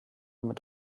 mit